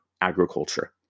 agriculture